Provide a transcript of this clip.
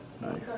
Nice